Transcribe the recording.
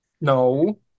No